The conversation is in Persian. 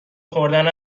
خوردن